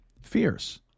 Fierce